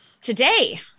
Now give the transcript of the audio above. Today